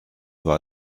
war